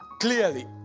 Clearly